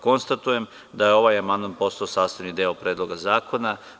Konstatujem da je ovaj amandman postao sastavni deo Predloga zakona.